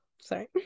sorry